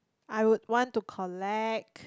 I would want to collect